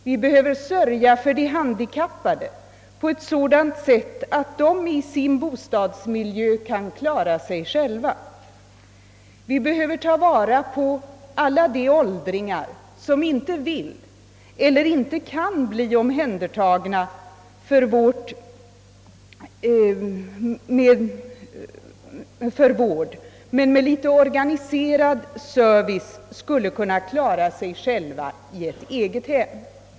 Det är nödvändigt att sörja för de handikappade, så att de i sin bostadsmiljö kan klara sig själva, och vi måste göra något för alla de åldringar som inte vill eller kan bli omhändertagna för vård men som med litet organiserad service skulle kunna klara sig själva i ett eget hem.